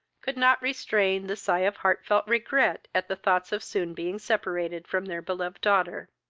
could not restrain the sigh of heart-felt regret at the thoughts of soon being separated from their beloved daughter.